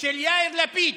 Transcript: של יאיר לפיד.